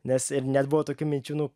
nes ir net buvo tokių minčių